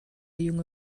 junge